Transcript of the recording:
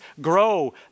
grow